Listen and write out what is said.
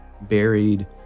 buried